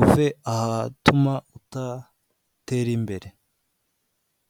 uve ahatuma udatera imbere.